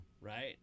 right